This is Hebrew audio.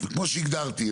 וכמו שהגדרתי,